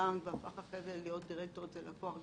בבנק ואחרי זה הפך להיות דירקטור אצל לקוח גדול.